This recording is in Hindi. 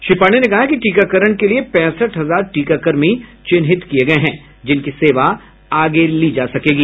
श्री पांडेय ने कहा कि टीकाकरण के लिए पैंसठ हजार टीकाकर्मी चिह्नित किये गये हैं जिनकी सेवा आगे ली जा सकेगी